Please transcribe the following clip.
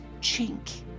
chink